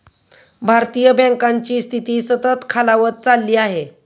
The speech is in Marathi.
भारतीय बँकांची स्थिती सतत खालावत चालली आहे